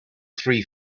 three